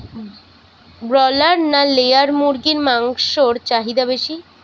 Broiler না layer মুরগির মাংসর চাহিদা বেশি?